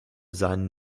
seinen